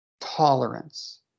tolerance